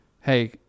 Hey